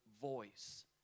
voice